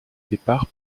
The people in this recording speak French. départ